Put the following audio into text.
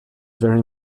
very